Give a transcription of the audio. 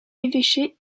l’évêché